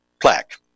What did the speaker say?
plaque